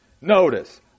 Notice